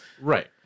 Right